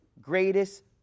greatest